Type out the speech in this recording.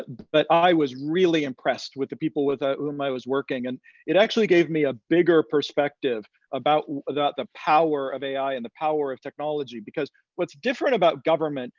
but i was really impressed with the people with ah whom i was working. and it actually gave me a bigger perspective about about the power of ai and the power of technology. because what's different about government,